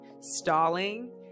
stalling